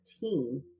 team